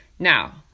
Now